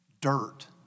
Dirt